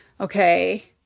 okay